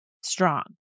strong